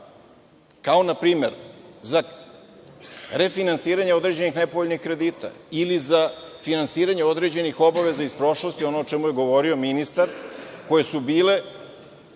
kao na primer, za refinansiranje određenih nepovoljnih kredita ili za finansiranje određenih obaveza iz prošlosti, ono o čemu je govorio ministar, koje su bile